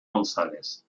gonzález